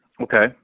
Okay